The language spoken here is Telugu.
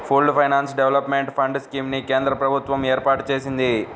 pooled finance development fund scheme ని కేంద్ర ప్రభుత్వం ఏర్పాటు చేసింది